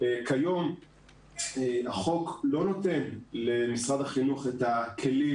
כיום החוק לא נותן למשרד החינוך את הכלים